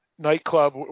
nightclub